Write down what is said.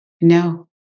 no